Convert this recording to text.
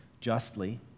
justly